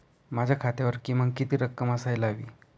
माझ्या खात्यावर किमान किती रक्कम असायला हवी?